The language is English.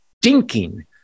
stinking